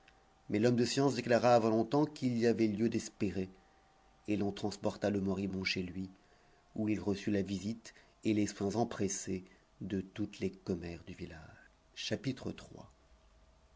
mais l'homme de science déclara avant longtemps qu'il y avait lieu d'espérer et l'on transporta le moribond chez lui où il reçut la visite et les soins empressés de toutes les commères du village